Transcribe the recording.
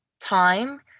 time